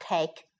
Take